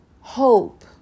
hope